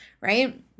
right